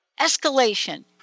escalation